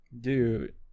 dude